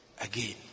again